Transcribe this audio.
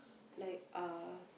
like uh